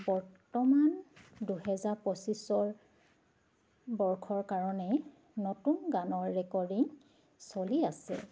বৰ্তমান দুহেজাৰ পঁচিছৰ বৰ্ষৰ কাৰণে নতুন গানৰ ৰেকৰ্ডিং চলি আছে